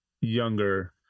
younger